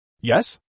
Yes